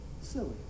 silly